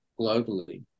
globally